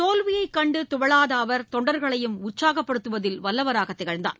தோல்வியைக் கண்டு துவழாத அவர் தொண்டர்களையும் உற்சாகப்படுத்துவதில் வல்லவராக திகழ்ந்தார்